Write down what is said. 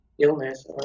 illness